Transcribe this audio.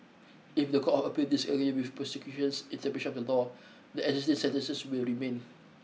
if the Court of Appeal disagree with prosecution's interpretation of the law the existing sentences will remain